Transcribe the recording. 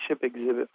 exhibit